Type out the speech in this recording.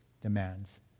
demands